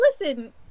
listen